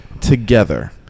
together